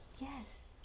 Yes